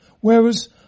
Whereas